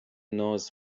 ناز